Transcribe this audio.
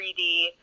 3D